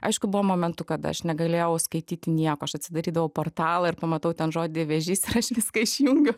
aišku buvo momentų kad aš negalėjau skaityti nieko aš atsidarydavau portalą ir pamatau ten žodį vėžys ir aš viską išjungiu